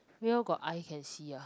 whale got eye can see ah